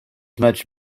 much